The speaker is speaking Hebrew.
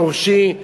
שורשי,